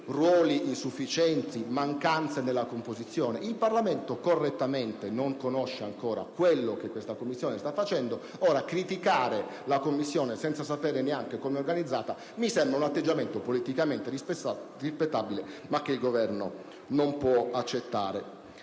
ruoli insufficienti e mancanze nella composizione. Il Parlamento correttamente non conosce ancora quello che questa commissione sta facendo: criticarla senza sapere come sia organizzata mi sembra un atteggiamento politicamente rispettabile, ma che il Governo non può accettare.